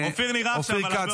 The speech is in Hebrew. אופיר נראה עכשיו הרבה יותר טוב.